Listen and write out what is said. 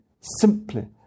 simply